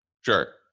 Sure